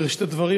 בראשית הדברים,